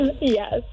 yes